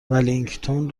ولینگتون